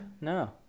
No